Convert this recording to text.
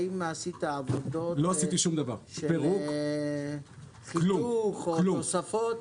האם עשית עבודות של חיתוך או תוספות?